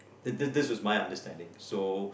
this this this was my understanding so